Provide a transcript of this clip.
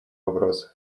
вопросов